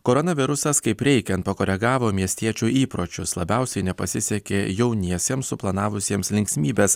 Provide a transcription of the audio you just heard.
koronavirusas kaip reikiant pakoregavo miestiečių įpročius labiausiai nepasisekė jauniesiems suplanavusiems linksmybes